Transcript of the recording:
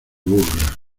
burla